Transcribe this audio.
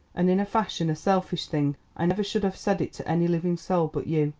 and, in a fashion, a selfish thing. i never should have said it to any living soul but you.